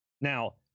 Now